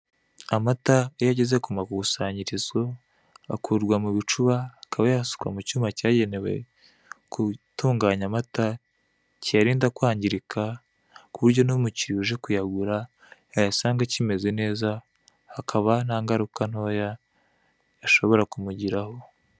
Amata iyo ageze ku makusanyirizo akurwa mu bicuba akaba yasukwa mu cyuma cyagenewe gutunganya amata, kiyarinda kwangirika ku buryo n'umukiriya uje kuyagura yayasanga akimeze neza, hakaba ntangaruka ntoya ashobora kumugiraho.